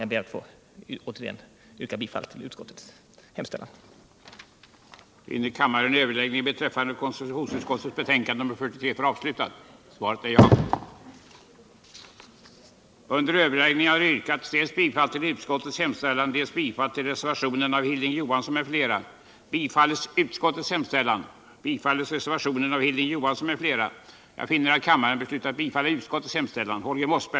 Jag ber än en gång att få yrka bifall till utskottets hemställan.